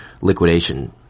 liquidation